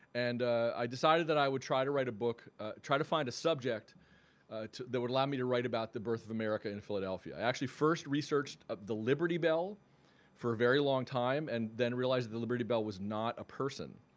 and i decided that i would try to write a book try to find a subject that would allow me to write about the birth of america in philadelphia. i actually first researched the liberty bell for a very long time and then realized the liberty bell was not a person